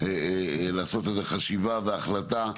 לעשות איזה חשיבה והחלטה,